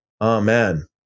amen